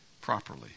properly